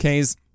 Ks